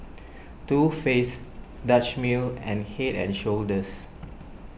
Too Faced Dutch Mill and Head and Shoulders